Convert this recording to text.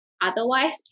otherwise